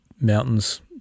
mountains